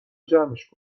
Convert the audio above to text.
جمعش